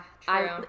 true